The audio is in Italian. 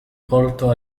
porto